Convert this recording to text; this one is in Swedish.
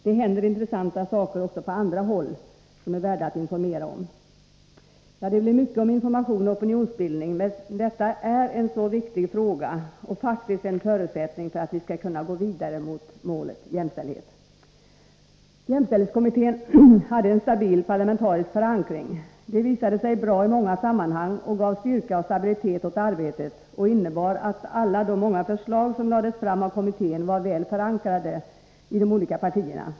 Det händer intressanta saker också på andra håll som är värda att informera om. Jag har uppehållit mig mycket vid information och opinionsbildning, men detta är en mycket viktig fråga och faktiskt en förutsättning för att vi skall kunna gå vidare mot jämställdhet. Jämställdhetskommittén hade en stabil parlamentarisk förankring. Det visade sig vara bra i många sammanhang. Det gav styrka och stabilitet åt arbetet och innebar att alla de många förslag som lades fram av kommittén var väl förankrade i de olika partierna.